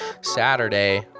Saturday